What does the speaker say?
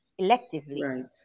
electively